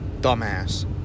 dumbass